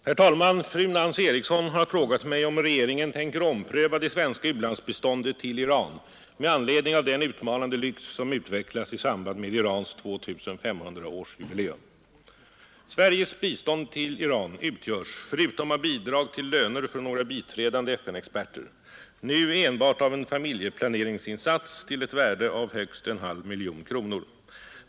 Herr talman! Fru Eriksson i Stockholm har frågat mig om regeringen tänker ompröva det svenska u-landsbiståndet till Iran med anledning av den utmanande lyx, som «utvecklats i samband med Irans 2 500-årsjubileum. Sveriges bistånd till Iran utgörs förutom av bidrag till löner för några biträdande FN-experter nu enbart av en familjeplaneringsinsats till ett värde av högst en halv miljon kronor.